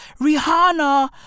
Rihanna